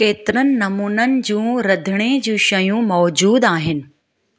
केतिरनि नमूननि जूं रधिणे जूं शयूं मौज़ूदु आहिनि